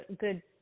good